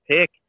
pick